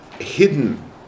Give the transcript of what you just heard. hidden